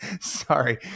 sorry